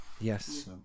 yes